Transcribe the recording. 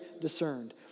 discerned